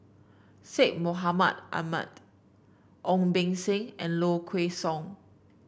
Syed Mohamed Ahmed Ong Beng Seng and Low Kway Song